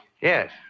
Yes